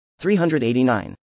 389